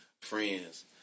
friends